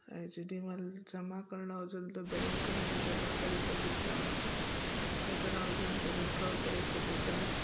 ऐं जेॾीमहिल जमा करिणा हुजनि त बैंक में जमा करे सघूं था कढणा हुजनि त विड्रॉ करे सघूं था